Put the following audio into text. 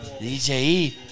DJE